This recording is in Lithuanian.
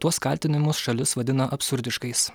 tuos kaltinimus šalis vadina absurdiškais